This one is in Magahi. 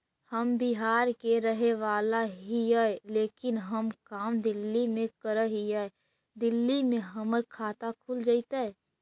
हम बिहार के रहेवाला हिय लेकिन हम काम दिल्ली में कर हिय, दिल्ली में हमर खाता खुल जैतै?